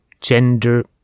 gender